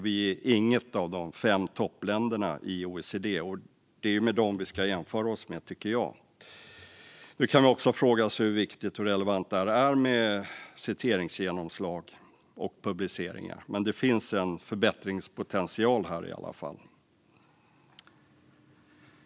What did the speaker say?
Vi är inget av de fem toppländerna i OECD, och det är med dem vi ska jämföra oss, tycker jag. Man kan väl fråga sig hur viktigt och relevant det är med citeringsgenomslag och publiceringar, men det finns i alla fall en förbättringspotential.